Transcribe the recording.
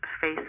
face